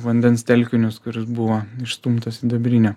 vandens telkinius kuri js buvo išstumtas sidabrinio